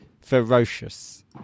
ferocious